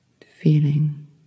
Feeling